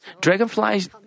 Dragonflies